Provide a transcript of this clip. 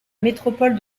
métropole